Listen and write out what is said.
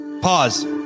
Pause